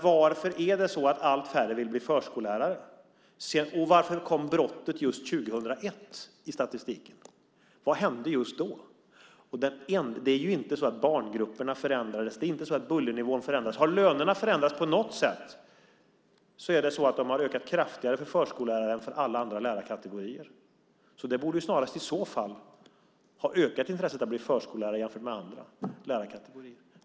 Varför är det så att allt färre vill bli förskollärare? Varför kom brottet just 2001 i statistiken? Vad hände just då? Det är inte så att barngrupperna förändrades. Det är inte så att bullernivån förändrades. Har lönerna förändrats på något sätt är det så att de har ökat kraftigare för förskollärare än alla andra lärarkategorier. I så fall borde intresset snarast ha ökat jämfört med andra lärarkategorier.